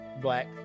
Black